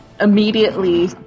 immediately